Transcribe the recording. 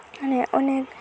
मानि अनेग